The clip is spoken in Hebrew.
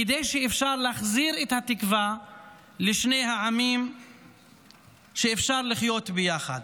כדי שאפשר יהיה להחזיר את התקווה לשני העמים שאפשר לחיות ביחד.